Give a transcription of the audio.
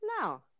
No